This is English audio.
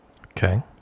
okay